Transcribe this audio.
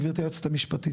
גברתי היועצת המשפטית,